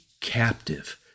captive